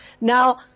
Now